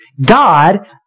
God